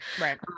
right